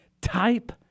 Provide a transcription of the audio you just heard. type